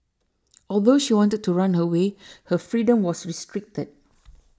although she wanted to run away her freedom was restricted